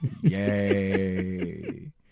Yay